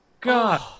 God